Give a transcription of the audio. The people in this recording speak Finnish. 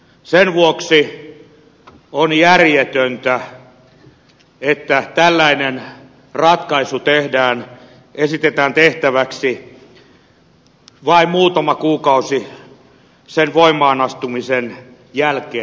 sen vuoksi on järjetöntä että tällainen ratkaisu esitetään tehtäväksi vain muutama kuukausi sen voimaanastumisen jälkeen